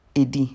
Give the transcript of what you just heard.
AD